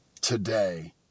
today